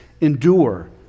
endure